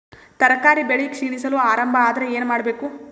ತರಕಾರಿ ಬೆಳಿ ಕ್ಷೀಣಿಸಲು ಆರಂಭ ಆದ್ರ ಏನ ಮಾಡಬೇಕು?